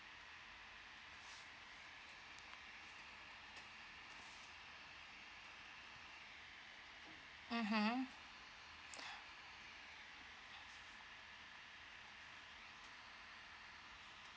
mmhmm